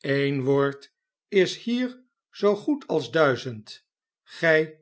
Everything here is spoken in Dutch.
een woord is hier zoo goed als duizend gij